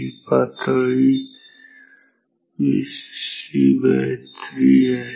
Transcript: ही पातळी Vcc3 आहे